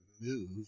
move